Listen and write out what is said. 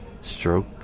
stroke